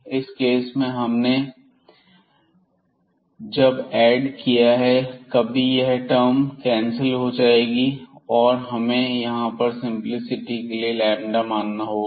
इस केस में हमने जब ऐड किया है कभी यह टर्म कैंसिल हो जाएंगे और हमें यहां पर सिंप्लिसिटी के लिए मानना होगा